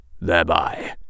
thereby